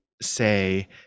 say